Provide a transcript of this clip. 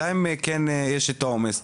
מתי יש את העומס,